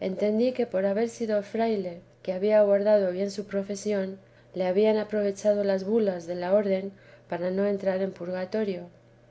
entendí que por haber sido fraile que había guardado bien su profesión le habían aprovechado las bulas de la orden para no entrar en purgatorio